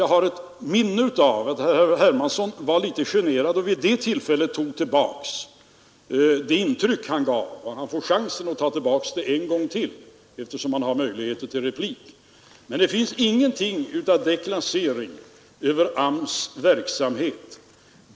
Jag har också ett minne av att herr Hermansson tidigare var litet generad och vid det tillfället tog tillbaka det han sagt på grund av det intryck det gav. Han får nu chansen att ta tillbaka det en gång till eftersom han har möjlighet till replik.